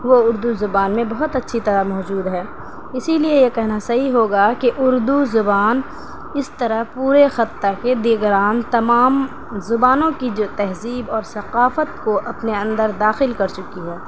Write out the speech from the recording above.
وہ اردو زبان میں بہت اچّھی طرح موجود ہے اسی لیے یہ کہنا صحیح ہوگا کہ اردو زبان اس طرح پورے خِطّہ کے دیگران تمام زبانوں کی جو تہذیب اور ثقافت کو اپنے اندر داخل کر چکی ہے